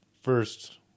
First